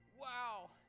wow